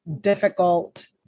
difficult